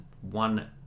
one